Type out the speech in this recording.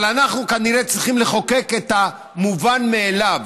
אבל אנחנו כנראה צריכים לחוקק את המובן מאליו,